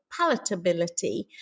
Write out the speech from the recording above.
palatability